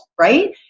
right